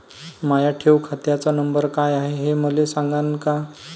माया ठेव खात्याचा नंबर काय हाय हे मले सांगान का?